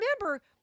remember